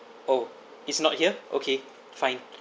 oh it's not here okay fine